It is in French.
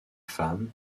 femme